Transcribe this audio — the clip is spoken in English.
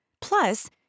Plus